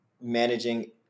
managing